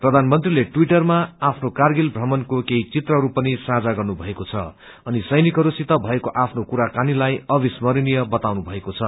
प्रधानमंत्रीले टवीटमा आफ्नो कारगिल भ्रमणको केही चित्रहरू पनि साझा गत्रुभएको छ अनि सैनकहरू सित भएको आफ्नो कुराकानीलाई अविस्मरणीय बताउनुभएको छ